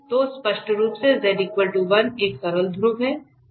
तो स्पष्ट रूप से z 1 एक सरल ध्रुव है